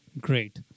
great